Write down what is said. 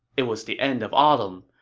it was the end of autumn,